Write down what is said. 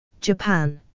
Japan